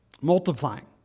Multiplying